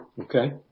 Okay